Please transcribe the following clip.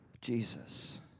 Jesus